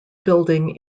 building